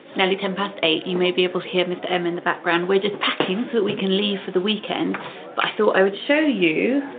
nearly ten past eight, you may be able to hear mr. m in the background, we're just packing so that we can leave for the weekend but i thought i would show. oh